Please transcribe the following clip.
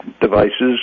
devices